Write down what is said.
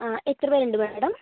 ആ എത്ര പേരുണ്ട് മേഡം